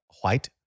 white